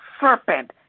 serpent